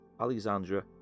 Alexandra